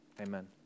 Amen